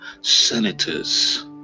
Senators